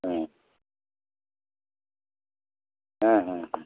हाँ हाँ हाँ हाँ